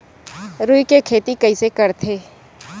रुई के खेती कइसे करथे?